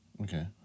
Okay